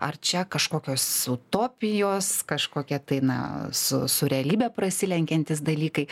ar čia kažkokios utopijos kažkokia tai na su su realybe prasilenkiantys dalykai